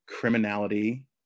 criminality